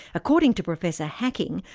according to professor hacking,